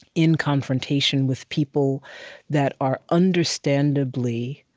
in confrontation with people that are, understandably,